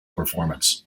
performance